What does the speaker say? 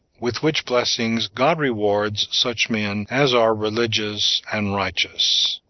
with which blessings god rewards such men as are religious and righteous.